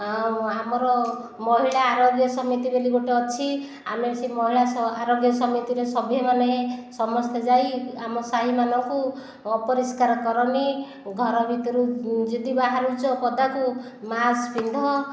ଆଉ ଆମର ମହିଳା ଆରୋଗ୍ୟ ସମିତି ବୋଲି ଗୋଟିଏ ଅଛି ଆମେ ସେ ମହିଳା ଆରୋଗ୍ୟ ସମିତିରେ ସଭ୍ୟମାନେ ସମସ୍ତେ ଯାଇ ଆମ ସାହିମାନଙ୍କୁ ଅପରିଷ୍କାର କରନି ଘର ଭିତରୁ ଯଦି ବାହାରୁଛ ପଦାକୁ ମାସ୍କ ପିନ୍ଧ